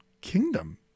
kingdom